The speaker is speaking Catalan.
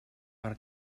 per